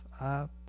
up